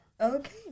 Okay